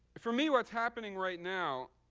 for me, what's happening right now,